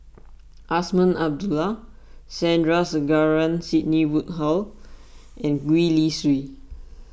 Azman Abdullah Sandrasegaran Sidney Woodhull and Gwee Li Sui